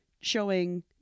showing